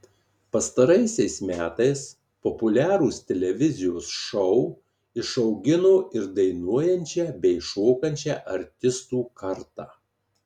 pastaraisiais metais populiarūs televizijos šou išaugino ir dainuojančią bei šokančią artistų kartą